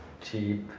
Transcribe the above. Cheap